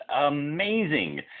amazing